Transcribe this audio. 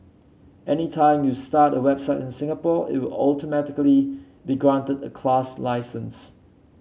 anytime you start a website in Singapore it will automatically be granted a class license